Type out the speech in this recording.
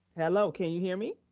hello, can you hear me?